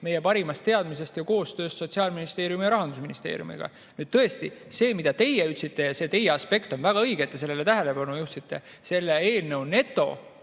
meie parimast teadmisest ja koostööst Sotsiaalministeeriumi ja Rahandusministeeriumiga. Tõesti, see, mida teie ütlesite – ja see teine aspekt on väga õige, hea, et te sellele tähelepanu juhtisite –, selle eelnõu netokulu